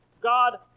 God